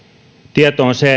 tieto on se